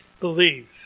believe